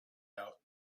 out